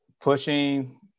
pushing